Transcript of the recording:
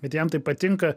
bet jam tai patinka